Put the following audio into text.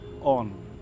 on